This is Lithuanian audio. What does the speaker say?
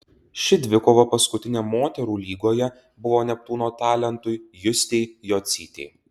ši dvikova paskutinė moterų lygoje buvo neptūno talentui justei jocytei